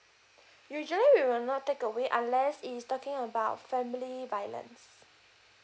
usually we will not take away unless you're talking about family violence